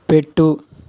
పెట్టు